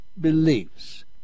beliefs